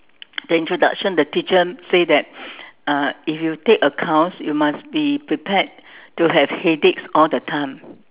the introduction the teacher say that uh if you take accounts you must be prepared to have headaches all the time